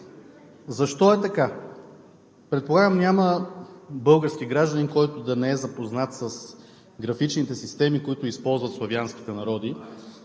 Защо е така? Предполагам, че няма български гражданин, който да не е запознат с графичните системи, които използват славянските народи,